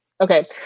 Okay